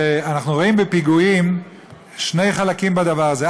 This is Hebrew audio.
שאנחנו רואים בפיגועים שני חלקים בדבר הזה.